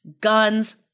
guns